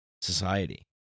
society